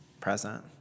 present